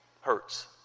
hurts